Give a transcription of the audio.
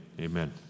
amen